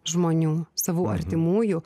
žmonių savų artimųjų